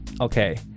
okay